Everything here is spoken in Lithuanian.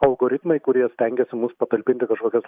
algoritmai kurie stengiasi mus patalpinti į kažkokias